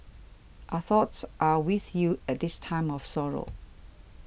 our thoughts are with you at this time of sorrow